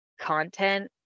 Content